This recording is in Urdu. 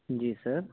جی سر